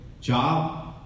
job